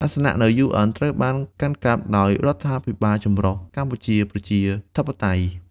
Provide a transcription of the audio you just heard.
អាសនៈនៅ UN ត្រូវបានកាន់កាប់ដោយរដ្ឋាភិបាលចម្រុះកម្ពុជាប្រជាធិបតេយ្យ។